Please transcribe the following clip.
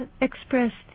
expressed